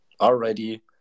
already